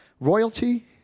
Royalty